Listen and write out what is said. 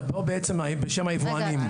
אתה פה בעצם בשם היבואנים.